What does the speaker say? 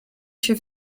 się